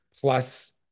plus